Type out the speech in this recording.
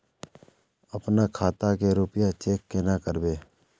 अपना खाता के रुपया चेक केना करबे?